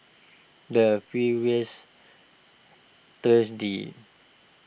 the previous thursday